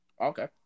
Okay